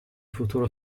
futuro